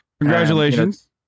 congratulations